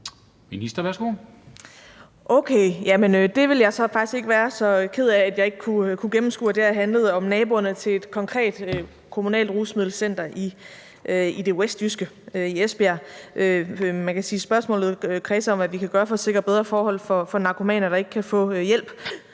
Okay, så vil jeg faktisk ikke være så ked af, at jeg ikke kunne gennemskue, at det her handlede om naboerne til et konkret kommunalt rusmiddelcenter i det westjyske, Esbjerg. Man kan sige, spørgsmålet kredser om, hvad vi kan gøre for at sikre bedre forhold for narkomaner, der ikke kan få hjælp,